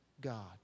God